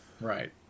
Right